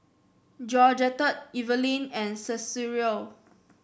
Georgette Eveline and Cicero